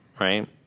right